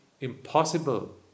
impossible